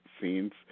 scenes